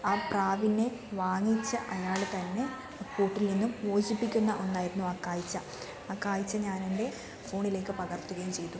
ആ പ്രാവിനെ വാങ്ങിച്ച അയാൾ തന്നെ കൂട്ടിൽ നിന്ന് മോചിപ്പിക്കുന്ന ഒന്നായിരുന്നു ആ കാഴ്ച്ച ആ കാഴ്ച്ച ഞാനെൻ്റെ ഫോണിലേക്ക് പകർത്തുകയും ചെയ്തു